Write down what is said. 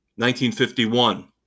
1951